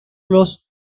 los